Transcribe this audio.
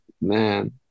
man